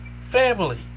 family